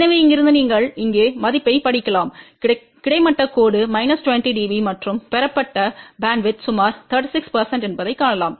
எனவே இங்கிருந்து நீங்கள் இங்கே மதிப்பைப் படிக்கலாம் கிடைமட்ட கோடு 20 dB மற்றும் பெறப்பட்ட பேண்ட்வித் சுமார் 36 என்பதைக் காணலாம்